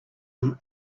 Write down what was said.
him